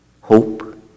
hope